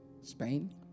Spain